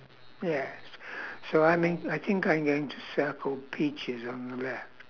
yes so I may I think I'm going to circle peaches on the left